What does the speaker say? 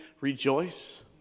rejoice